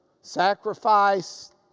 sacrifice